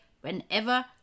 whenever